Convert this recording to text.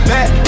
Back